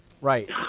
Right